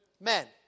men